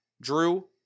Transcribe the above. Drew